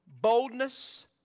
boldness